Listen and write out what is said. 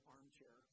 Armchair